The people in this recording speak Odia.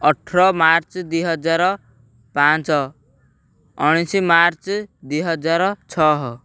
ଅଠର ମାର୍ଚ୍ଚ ଦୁଇ ହଜାର ପାଞ୍ଚ ଉଣେଇଶି ମାର୍ଚ୍ଚ ଦୁଇ ହଜାର ଛଅ